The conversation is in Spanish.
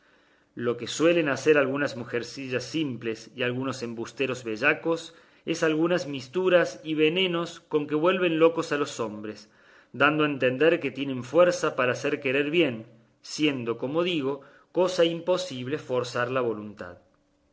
lo que suelen hacer algunas mujercillas simples y algunos embusteros bellacos es algunas misturas y venenos con que vuelven locos a los hombres dando a entender que tienen fuerza para hacer querer bien siendo como digo cosa imposible forzar la voluntad